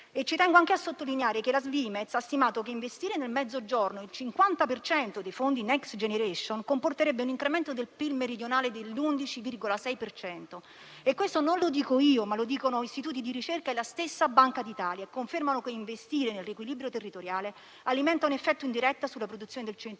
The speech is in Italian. Tengo anche a sottolineare che la Svimez ha stimato che investire nel Mezzogiorno il 50 per cento dei fondi Next generation EU comporterebbe un incremento del PIL meridionale dell'11,6 per cento e questo non lo dico io, ma istituti di ricerca e la stessa Banca d'Italia confermano che investire nel riequilibrio territoriale alimenterebbe un effetto indiretto sulla produzione del Centro-Nord.